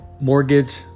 mortgage